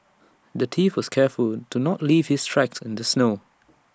the thief was careful to not leave his tracks in the snow